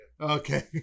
Okay